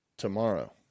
tomorrow